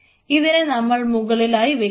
അതിനെ നമ്മൾ മുകളിലായി വെക്കുന്നു